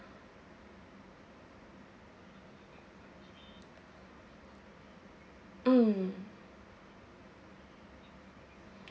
mm